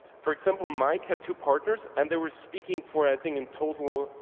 for example maik had two partners and they were speaking for anything in total,